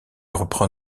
reprend